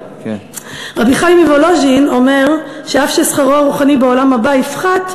רבי חיים מוולוז'ין אומר שאף ששכרו הרוחני בעולם הבא יפחת,